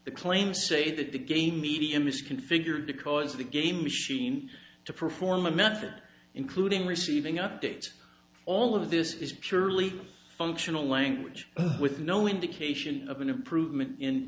the claim say that the game medium is configured because the game machine to perform a method including receiving updates all of this is purely functional language with no indication of an improvement in